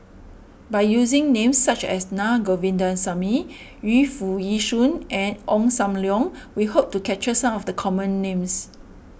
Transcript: by using names such as Naa Govindasamy Yu Foo Yee Shoon and Ong Sam Leong we hope to capture some of the common names